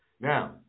Now